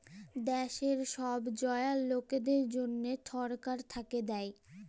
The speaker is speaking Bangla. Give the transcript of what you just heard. দ্যাশের ছব জয়াল লকদের জ্যনহে ছরকার থ্যাইকে দ্যায়